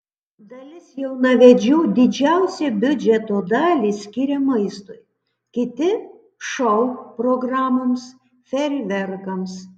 dalis jaunavedžių didžiausią biudžeto dalį skiria maistui kiti šou programoms fejerverkams